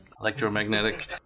electromagnetic